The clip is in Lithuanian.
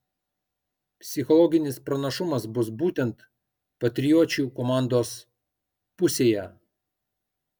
psichologinis pranašumas bus būtent patriočių komandos pusėje